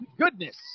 goodness